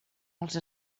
els